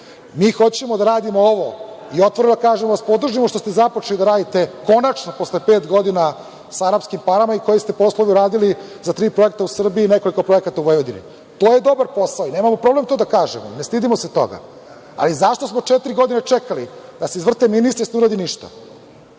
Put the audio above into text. Mi hoćemo da radimo ovo i otvoreno kažemo da vas podržavamo što ste započeli da radite, konačno posle pet godina, sa arapskim parama i koje ste poslove uradili za tri projekta u Srbiji i nekoliko projekata u Vojvodini. To je dobar posao, nemamo problem to da kažemo, ne stidimo se toga, ali zašto smo četiri godine čekali da se izvrte ministri i da